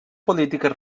polítiques